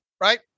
right